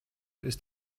ist